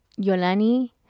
yolani